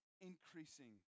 increasing